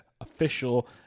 official